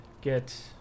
get